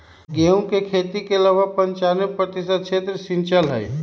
गेहूं के खेती के लगभग पंचानवे प्रतिशत क्षेत्र सींचल हई